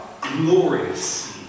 glorious